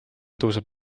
tõuseb